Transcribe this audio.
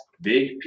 Big